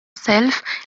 self